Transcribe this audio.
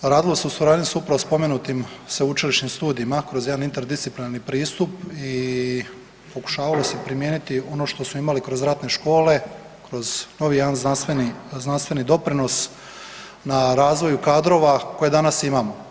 Radilo se u suradnji sa upravo spomenutim sveučilišnim studijima kroz javni interdisciplinarni pristup i pokušavalo se primijeniti ono što su imali kroz ratne škole, kroz novi jedan znanstveni doprinos na razvoju kadrova koje danas imamo.